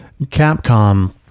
Capcom